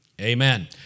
Amen